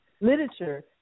literature